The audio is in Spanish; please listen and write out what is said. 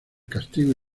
castigo